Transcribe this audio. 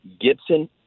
Gibson